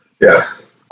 Yes